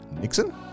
Nixon